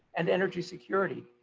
and energy security.